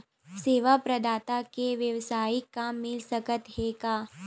सेवा प्रदाता के वेवसायिक काम मिल सकत हे का?